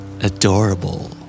Adorable